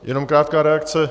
Jenom krátká reakce.